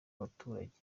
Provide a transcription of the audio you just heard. abaturage